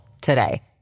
today